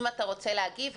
אם אתה רוצה להגיב,